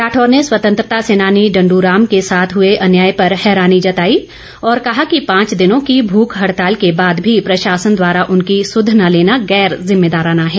राठौर ने स्वतंत्रता सेनानी डंडू राम के साथ हुए अन्याय पर हैरानी जताई और कहा कि पांच दिनों की भूख हड़ताल के बाद भी प्रशासन द्वारा उनकी सुधे न लेना गैर जिमेदाराना है